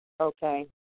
Okay